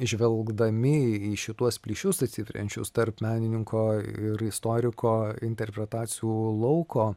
žvelgdami į šituos plyšius atsiveriančius tarp menininko ir istoriko interpretacijų lauko